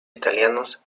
italianos